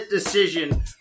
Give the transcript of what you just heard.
decision